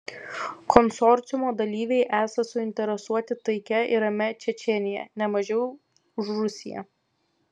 konsorciumo dalyviai esą suinteresuoti taikia ir ramia čečėnija ne mažiau už rusiją